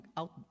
out